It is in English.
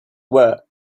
were